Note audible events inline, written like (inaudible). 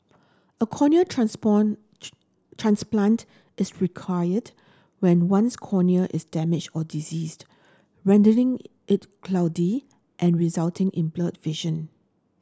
a corneal transport (unintelligible) transplant is required when one's cornea is damaged or diseased rendering it cloudy and resulting in blurred vision